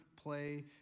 play